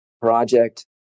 project